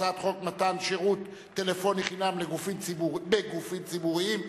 הצעת חוק מתן שירות טלפוני חינם בגופים ציבוריים.